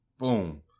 Boom